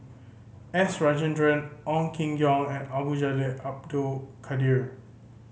S Rajendran Ong Keng Yong and Abdul Jalil Abdul Kadir